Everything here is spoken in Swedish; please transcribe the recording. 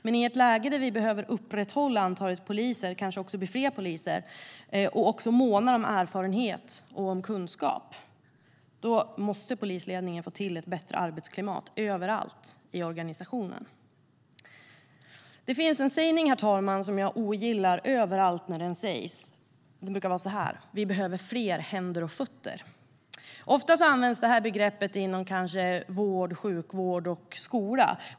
Men i ett läge där vi behöver upprätthålla antalet poliser, kanske också öka antalet poliser, och måna om erfarenhet och kunskap måste polisledningen få till ett bättre arbetsklimat överallt i organisationen. Det finns ett uttryck, herr talman, som jag alltid ogillar när det används: "Vi behöver fler händer och fötter." Ofta används uttrycket inom vård, omsorg och skola.